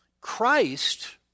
Christ